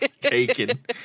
taken